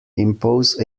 impose